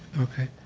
okay.